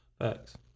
Facts